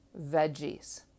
veggies